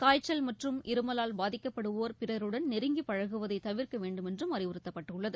காய்ச்சல் மற்றும் இருமலால் பாதிக்கப்படுவோா் பிறருடன் நெருங்கி பழகுவதை தவிா்க்க வேண்டுமென்றும் அறிவுறுத்தப்பட்டுள்ளது